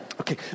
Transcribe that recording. Okay